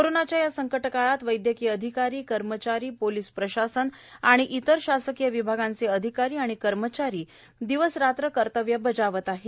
कोरोनाच्या या संकटाच्या काळात वैदयकीय अधिकारी कर्मचारी पोलिस प्रशासन आणि इतर शासकीय विभागांचे अधिकारी कर्मचारी दिवसरात्र कर्तव्य बजावत आहेत